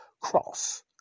cross